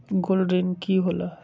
Gold ऋण की होला?